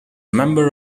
member